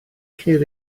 ceir